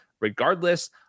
regardless